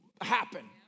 happen